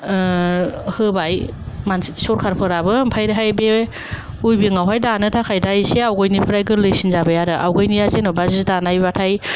होबाय मानसि सरखारफोराबो आमफ्रायहाय बियो अयबिं आवहाय दानो थाखाय दा एसे आवगायनिफ्राय गोरलैसिन जाबाय आरो आवगोलनिया जि दानाय बाथाय